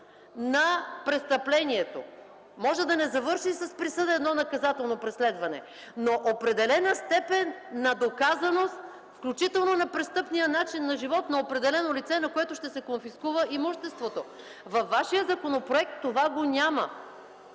преследване може да не завърши с присъда, но с определена степен на доказаност, включително на престъпния начин на живот на определено лице, на което ще се конфискува имуществото. Във вашият законопроект това го няма.